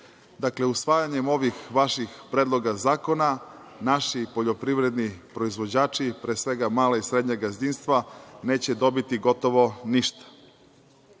Dakle, usvajanjem ovih vaših predloga zakona, naši poljoprivredni proizvođači, pre svega mala i srednja gazdinstva, neće dobiti gotovo ništa. Kada